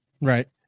Right